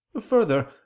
Further